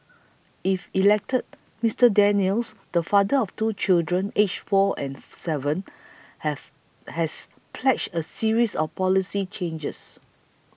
if elected Mister Daniels the father of two children aged four and seven have has pledged a series of policy changes